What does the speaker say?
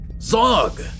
Zog